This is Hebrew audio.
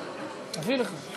אביא לך.